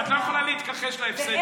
את לא יכולה להתכחש להפסד שלכם.